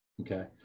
Okay